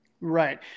Right